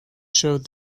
showed